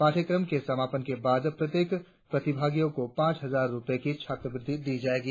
पाठ्यक्रम के समापन के बाद प्रत्येक प्रतिभागी को पांच हजार रुपये की छात्रवृत्ति दी जाएगी